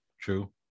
True